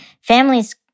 families